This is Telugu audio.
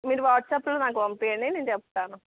మీరు వాట్సాప్లో నాకు పంపించండి నేను చెప్తాను